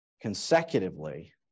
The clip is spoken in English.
consecutively